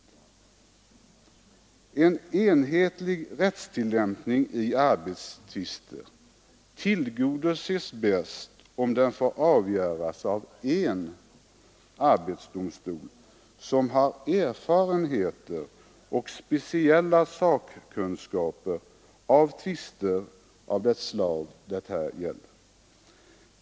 Kravet på en enhetlig rättstillämpning i arbetstvister tillgodoses bäst om sådana mål får avgöras av en arbetsdomstol som har erfarenheter och speciella sakkunskaper när det gäller tvister av detta slag.